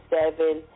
seven